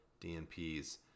DNP's